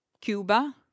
Cuba